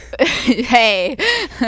Hey